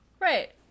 right